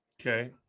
Okay